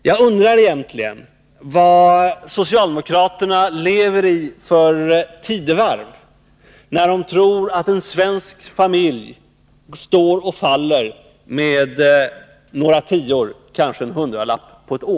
Jag undrar i vilket tidevarv socialdemokraterna egentligen lever, när de tror att en svensk familj står och faller med några tior, kanske en hundralapp, på ett år.